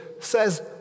says